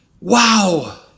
wow